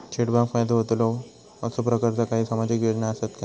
चेडवाक फायदो होतलो असो प्रकारचा काही सामाजिक योजना असात काय?